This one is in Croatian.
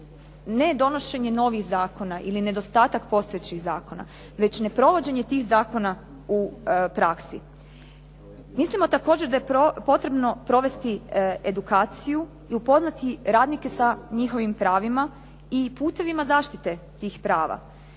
ne donošenje novih zakona ili nedostatak postojećih zakona, već ne provođenje tih zakona u praksi. Mislimo također da je potrebno provesti edukaciju i upoznati radnike sa njihovim pravima i putevima zaštite tih prava.